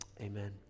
Amen